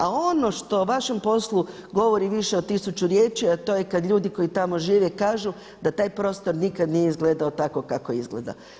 A ono što o vašem poslu govori više od tisuću riječi a to je kada ljudi koji tamo žive kažu da taj prostor nikada nije izgledao tako kako izgleda.